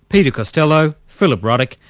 peter costello, philip ruddock,